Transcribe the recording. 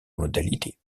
modalités